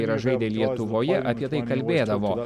yra žaidę lietuvoje apie tai kalbėdavo